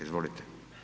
Izvolite.